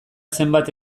zenbat